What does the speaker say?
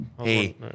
hey